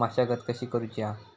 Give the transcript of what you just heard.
मशागत कशी करूची हा?